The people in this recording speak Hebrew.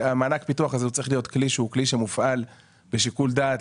המענק פיתוח הזה הוא צריך להיות כלי שהוא מופעל בשיקול דעת,